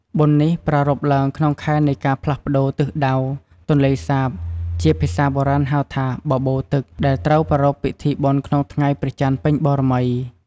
បុណ្យនេះប្រារព្ធឡើងក្នុងខែនៃការផ្លាស់ប្តូរទិសដៅទន្លេសាប ជាភាសាបុរាណហៅថា “បបូរទឹក” ដែលត្រូវប្រារព្ធពិធីបុណ្យក្នុងថ្ងៃព្រះច័ន្ទពេញបូណ៌មី។